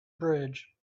bridge